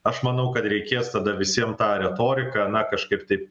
aš manau kad reikės tada visiem tą retoriką na kažkaip taip